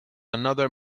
another